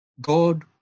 God